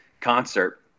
concert